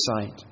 sight